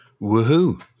woohoo